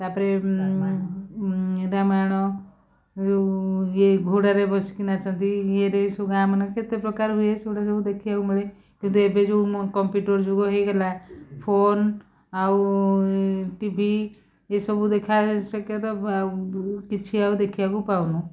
ତା'ପରେ ରାମାୟଣ ଯେଉଁ ଇଏ ଘୋଡ଼ାରେ ବସିକି ନାଚନ୍ତି ଏଇରେ ସବୁ ଗାଁମାନଙ୍କରେ କେତେ ପ୍ରକାର ହୁଏ ସେଇଗୁଡ଼ା ସବୁ ଦେଖିବାକୁ ମିଳେ କିନ୍ତୁ ଏବେ ଯେଉଁ କମ୍ପ୍ୟୁଟର୍ ଯୁଗ ହେଇଗଲା ଫୋନ୍ ଆଉ ଟିଭି ଏଇସବୁ ଦେଖା ସେକେ ତ ଆଉ କିଛି ଆଉ ଦେଖିବାକୁ ପାଉନୁ